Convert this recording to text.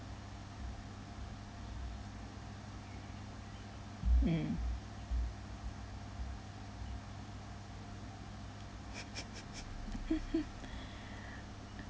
mm